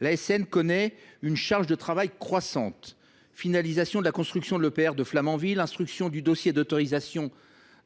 face à une charge de travail croissante : finalisation de la construction de l’EPR de Flamanville, instruction du dossier d’autorisation